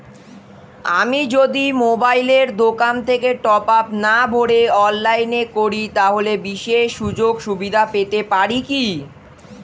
আমি যদি মোবাইলের দোকান থেকে টপআপ না ভরে অনলাইনে করি তাহলে বিশেষ সুযোগসুবিধা পেতে পারি কি?